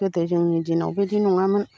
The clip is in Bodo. गोदो जोंनि दिनाव बिदि नङामोन